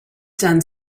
done